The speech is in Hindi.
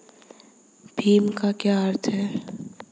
भीम का क्या अर्थ है?